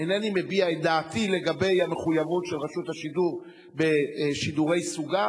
אינני מביע את דעתי לגבי המחויבות של רשות השידור בשידורי סוגה,